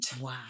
Wow